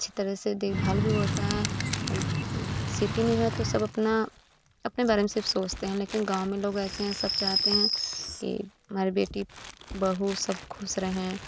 अच्छी तरह से देखभाल भी होती है सिटी में है तो सब अपना अपने बारे में सिर्फ़ सोचते हैं लेकिन गाँव में लोग ऐसे हैं सब चाहते हैं कि हमारी बेटी बहु सब ख़ुश रहे